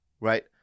Right